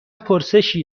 پرسشی